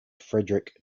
frederic